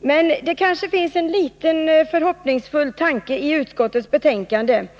men det kan kanske finnas en liten förhoppning med tanke på vad som står i utskottsbetänkandet.